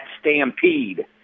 stampede